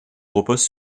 repose